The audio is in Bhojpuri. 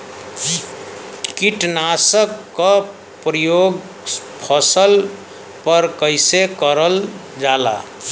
कीटनाशक क प्रयोग फसल पर कइसे करल जाला?